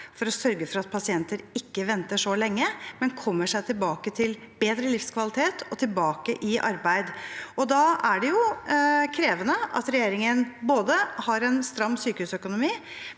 for å sørge for at pasienter ikke må vente så lenge, men kommer seg tilbake til bedre livskvalitet og tilbake i arbeid. Da er det krevende at regjeringen har en stram sykehusøkonomi,